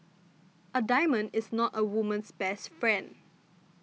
a diamond is not a woman's best friend